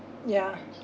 ya